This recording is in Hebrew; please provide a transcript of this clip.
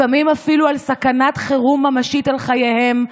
לפעמים אפילו על סכנת חירום ממשית על חייהם.